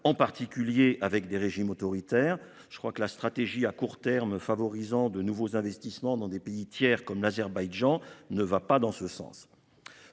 en particulier avec des régimes autoritaires. Je crois que la stratégie à court terme favorisant de nouveaux investissements dans des pays tiers comme l'Azerbaïdjan ne va pas dans ce sens.